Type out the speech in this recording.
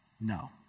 No